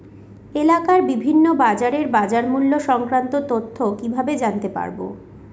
এলাকার বিভিন্ন বাজারের বাজারমূল্য সংক্রান্ত তথ্য কিভাবে জানতে পারব?